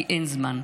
כי אין זמן.